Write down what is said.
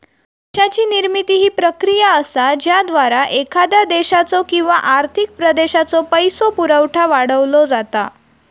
पैशाची निर्मिती ही प्रक्रिया असा ज्याद्वारा एखाद्या देशाचो किंवा आर्थिक प्रदेशाचो पैसो पुरवठा वाढवलो जाता